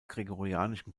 gregorianischen